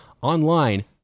online